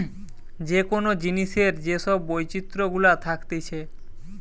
যে কোন জিনিসের যে সব বৈচিত্র গুলা থাকতিছে